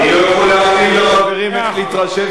אני לא יכול להכתיב לחברים איך להתרשם